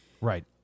Right